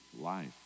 life